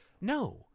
no